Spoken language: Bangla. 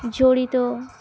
জড়িত